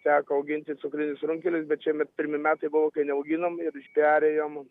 teko augint ir cukrinius runkelius bet šiemet pirmi metai buvo kai neauginom ir perėjom